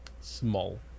Small